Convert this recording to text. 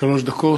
שלוש דקות.